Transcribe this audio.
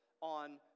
on